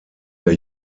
der